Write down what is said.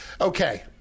Okay